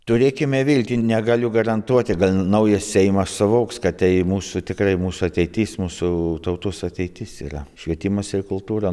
turėkime viltį negaliu garantuoti gal naujas seimas suvoks kad tai mūsų tikrai mūsų ateitis mūsų tautos ateitis yra švietimas ir kultūra